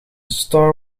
star